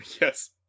Yes